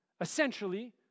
Essentially